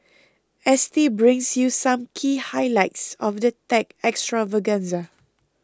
S T brings you some key highlights of the tech extravaganza